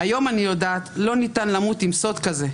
היום אני יודעת, לא ניתן למות עם סוד כזה.